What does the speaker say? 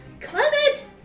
Clement